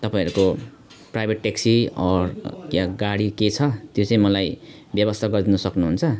तपाईँहरूको private taxi अर या गाडी के छ त्यो चाहिँ मलाई व्यवस्था गरिदिन सक्नुहुन्छ